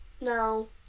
No